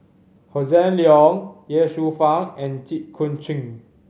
Hossan Leong Ye Shufang and Jit Koon Ch'ng